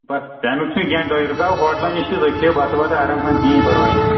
بَس تَمیُک چھُنہٕ کینٛہہ تۄہہِ رُکاوَو ہوٹلَن نِش تہٕ تُہۍ کھیٚیِو بَتہٕ وَتہٕ آرام سان کِہیٖنۍ پرواے چھُنہٕ